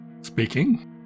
Speaking